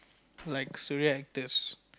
like Suria actors